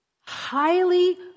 highly